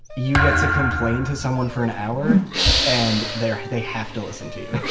you get to complain to someone for an hour and they they have to listen to you.